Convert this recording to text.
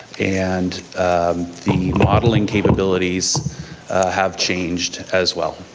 and the modeling capabilities have changed as well.